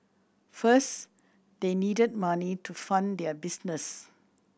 first they needed money to fund their business